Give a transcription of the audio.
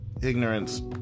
ignorance